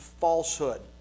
falsehood